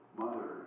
mother